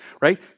right